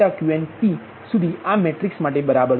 ∆Qnpસુધી આ મેટ્રિક્સ માટે બરાબર છે